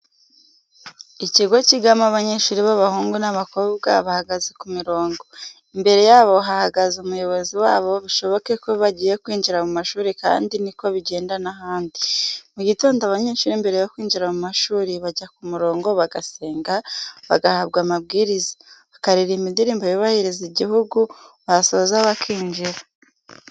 Ikigo cyigamo abanyeshuri b'abahungu n'abakobwa bahagaze ku mirongo, imbere yabo hahagaze umuyobozi wabo bishoboke ko bagiye kwinjira mu mashuri kandi ni ko bigenda n'ahandi. Mu gitondo abanyeshuri mbere yo kwinjira mu mashuri bajya ku murongo bagasenga, bagahabwa amabwiriza, bakaririmba indirimbo yubahiriza igihugu basoza bakinjira.